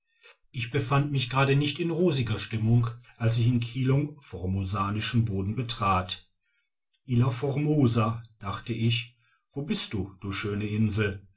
ich befand mich gerade nicht in rosiger stimmung als ich in kilung formosanischen boden betrat ilha formosa dachte ich wo bist du du schöne insel